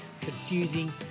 confusing